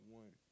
one